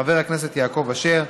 חבר הכנסת יעקב אשר,